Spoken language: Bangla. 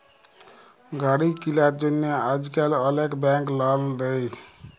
গাড়ি কিলার জ্যনহে আইজকাল অলেক ব্যাংক লল দেই